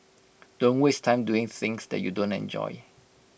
don't waste time doing things that you don't enjoy